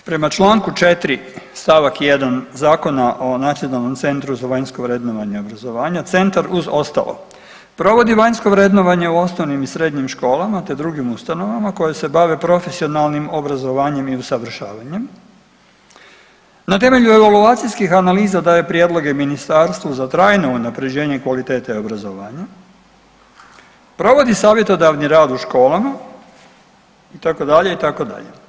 Prema čl. 4. st. 1. Zakona o nacionalnom centru za vanjsko vrednovanje obrazovanja centar uz ostalo provodi vanjsko vrednovanje u osnovnim i srednjim školama, te drugim ustanovama koje se bave profesionalnim obrazovanjem i usavršavanjem, na temelju evaluacijskih analiza daje prijedloge ministarstvu za trajno unaprjeđenje kvalitete obrazovanja, provodi savjetodavni rad u školama itd., itd.